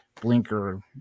blinker